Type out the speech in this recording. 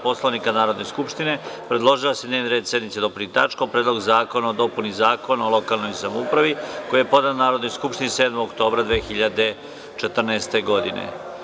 Poslovnika Narodne skupštine, predložila je da se dnevni red sednice dopuni tačkom – Predlog zakona o dopuni Zakona o lokalnoj samoupravi, koji je podnela Narodnoj skupštini 7. oktobra 2014. godine.